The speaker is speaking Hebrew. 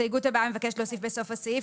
ההסתייגות הבאה מבקשת להוסיף בסוף הסעיף,